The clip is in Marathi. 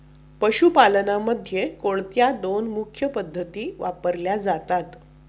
पशुपालनामध्ये कोणत्या दोन मुख्य पद्धती वापरल्या जातात?